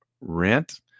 rent